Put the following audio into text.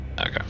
Okay